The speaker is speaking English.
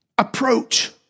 approach